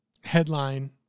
headline